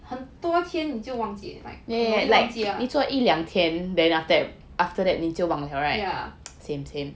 很多天你就忘记 like 很容易忘记 ah yeah